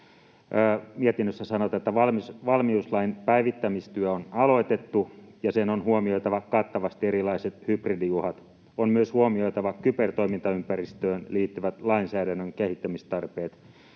Mietinnössä sanotaan, että valmiuslain päivittämistyö on aloitettu ja sen on huomioitava kattavasti erilaiset hybridiuhat. On myös huomioitava kybertoimintaympäristöön liittyvät lainsäädännön kehittämistarpeet